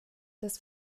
des